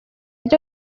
ryo